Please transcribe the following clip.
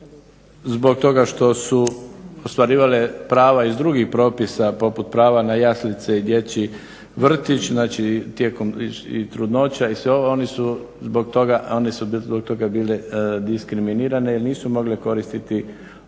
zbog toga što su ostvarivale prava iz drugih propisa poput prava na jaslice i dječji vrtić, znači tijekom trudnoća i sve one su zbog toga bile diskriminirane jel nisu mogle koristiti ovu mjeru